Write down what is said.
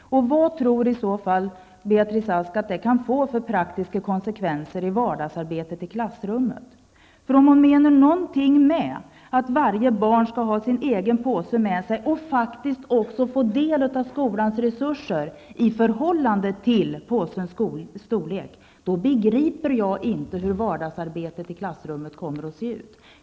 Vad tror i så fall Beatrice Ask att det kan få för praktiska konsekvenser i vardagsarbetet i klassrummet? Om hon menar någonting med att varje barn skall ha sin egen påse med sig och faktiskt också få del av skolans resurser i förhållande till påsens storlek, då begriper jag inte hur vardagsarbetet i klassrummet kommer att se ut.